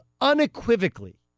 unequivocally